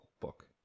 book